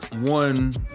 one